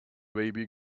baby